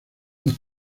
los